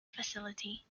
facility